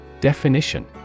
Definition